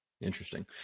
Interesting